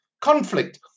conflict